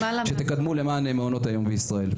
שתקדמו למען מעונות היום בישראל.